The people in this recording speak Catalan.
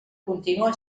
continua